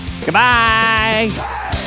Goodbye